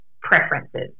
preferences